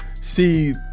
see